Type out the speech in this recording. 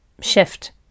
shift